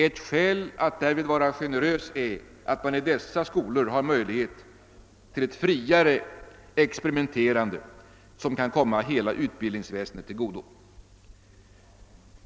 Ett skäl att därvid vara generös är att man i dessa skolor har möjlighet till ett friare experimenterande som kan komma hela utbildningsväsendet till godo.